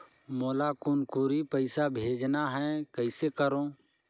मोला कुनकुरी पइसा भेजना हैं, कइसे करो?